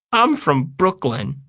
i'm from brooklyn,